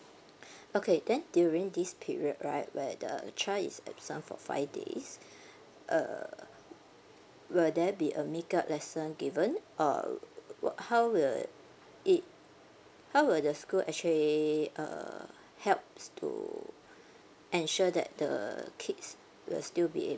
okay then during this period right like the child is absent for five days uh will there be a makeup lesson given or what how would it how would the school actually uh helps to ensure that the kids will still be able